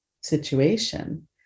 situation